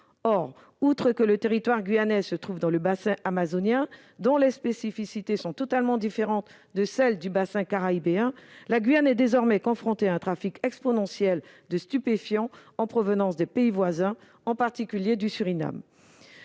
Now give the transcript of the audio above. Or, outre que le territoire guyanais se trouve dans le bassin amazonien, dont les spécificités sont totalement différentes de celles du bassin caribéen, la Guyane est désormais confrontée à un trafic exponentiel de stupéfiants en provenance des pays voisins, en particulier du Suriname,